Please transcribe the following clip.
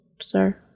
sir